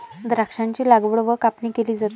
द्राक्षांची लागवड व कापणी केली जाते